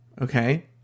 Okay